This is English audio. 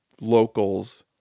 locals